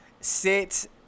sit